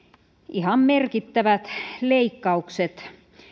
ihan merkittävät leikkaukset